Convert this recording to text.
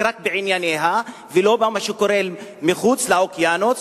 רק בענייניה ולא במה שקורה מעבר לאוקיינוס,